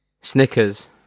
Snickers